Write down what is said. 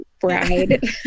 bride